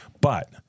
But-